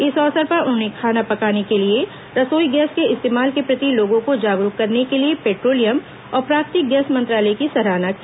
इस अवसर पर उन्होंने खाना पकाने के लिए रसोई गैस के इस्तेमाल के प्रति लोगों को जागरूक करने के लिए पेट्रोलियम और प्राकृतिक गैस मंत्रालय की सराहना की